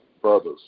brothers